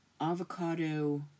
avocado